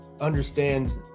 understand